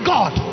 God